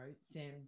Sam